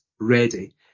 ready